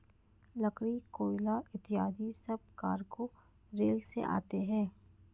लकड़ी, कोयला इत्यादि सब कार्गो रेल से आते हैं